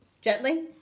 Gently